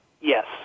Yes